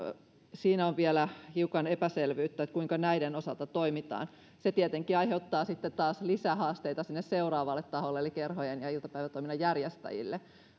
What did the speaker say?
siinä on vielä hiukan epäselvyyttä kuinka näiden osalta toimitaan se tietenkin aiheuttaa taas lisähaasteita sinne seuraavalle taholle eli kerhojen ja iltapäivätoiminnan järjestäjille